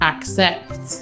Accept